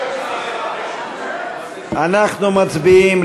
אנחנו מצביעים,